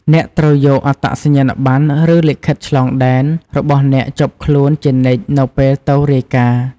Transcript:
អ្នកត្រូវយក អត្តសញ្ញាណប័ណ្ណ ឬលិខិតឆ្លងដែន របស់អ្នកជាប់ខ្លួនជានិច្ចនៅពេលទៅរាយការណ៍។